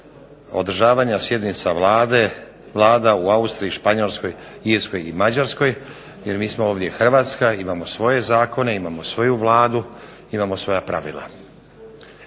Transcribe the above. održavanja sjednica Vlade, vlada u Austriji, Španjolskoj, Irskoj i Mađarskoj, jer mi smo ovdje Hrvatska imamo svoje zakone, imamo svoju vladu i svoja pravila.